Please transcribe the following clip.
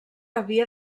havia